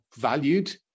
valued